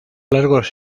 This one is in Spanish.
largos